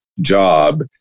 job